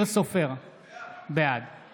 בעד